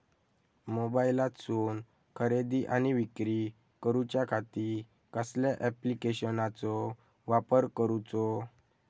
मोबाईलातसून खरेदी आणि विक्री करूच्या खाती कसल्या ॲप्लिकेशनाचो वापर करूचो?